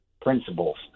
principles